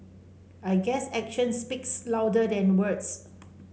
I guess action speaks louder than words